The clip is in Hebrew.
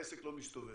העסק לא מסתובב.